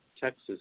Texas